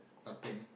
nothing